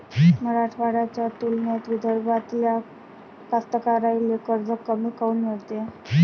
मराठवाड्याच्या तुलनेत विदर्भातल्या कास्तकाराइले कर्ज कमी काऊन मिळते?